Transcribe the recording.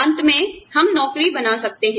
अंत में हम नौकरी बना सकते हैं